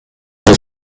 all